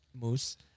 Moose